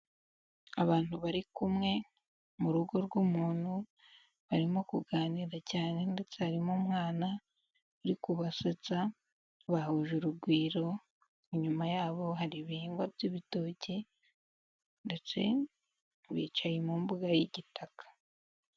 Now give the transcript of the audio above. Abantu bari kumwe mu rugo rw'umuntu, barimo kuganira cyane ndetse harimo umwana uri kubasetsa bahuje urugwiro, inyuma yabo hari ibihingwa by'ibitoki, ndetse bicaye mu mbuga y'igitaka.